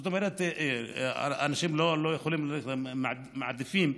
זאת אומרת, אנשים לא יכולים, מעדיפים.